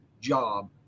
job